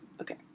Okay